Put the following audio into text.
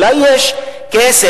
אולי יש כסף,